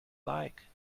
like